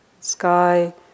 sky